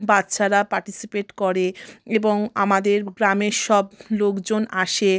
বাচ্চারা পার্টিসিপেট করে এবং আমাদের গ্রামের সব লোকজন আসে